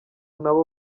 nabo